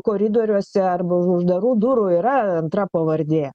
koridoriuose arba už uždarų durų yra antra pavardė